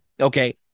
Okay